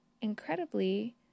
incredibly